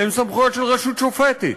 הן סמכויות של רשות שופטת.